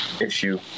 issue